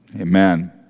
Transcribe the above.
Amen